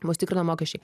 mus tikrino mokesčiai